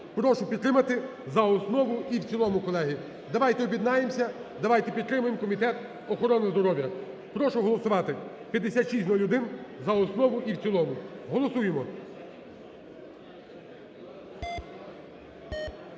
Прошу підтримати за основу і в цілому, колеги. Давайте об'єднаємося, давайте підтримаємо Комітет охорони здоров'я. Прошу голосувати 5601 за основу і в цілому. Голосуємо.